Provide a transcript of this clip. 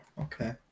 Okay